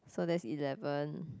so that's eleven